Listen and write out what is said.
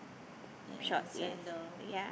yea and sandal